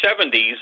1970s